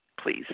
please